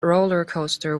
rollercoaster